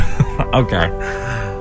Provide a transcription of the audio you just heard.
Okay